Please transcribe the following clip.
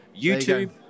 YouTube